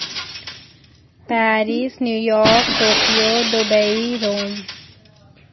Paris New York Tokyo Dubai Rome